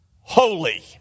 holy